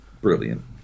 Brilliant